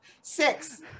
Six